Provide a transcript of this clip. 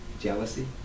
jealousy